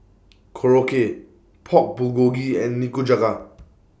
Korokke Pork Bulgogi and Nikujaga